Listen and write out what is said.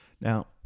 Now